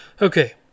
Okay